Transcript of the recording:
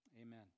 Amen